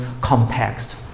context